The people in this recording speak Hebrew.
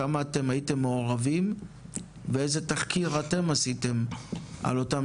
כמה אתם הייתם מעורבים ואיזה תחקיר אתם עשיתם על אותם